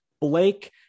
Blake